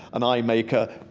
an eye maker,